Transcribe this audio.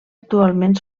actualment